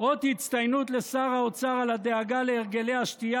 אות הצטיינות לשר האוצר על הדאגה להרגלי השתייה